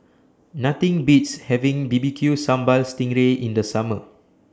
Nothing Beats having B B Q Sambal Sting Ray in The Summer